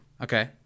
Okay